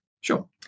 Sure